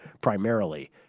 primarily